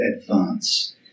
advance